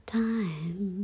time